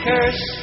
Curse